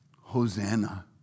Hosanna